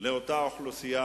ולא כן-ולא,